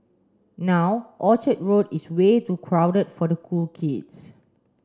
now Orchard Road is way too crowded for the cool kids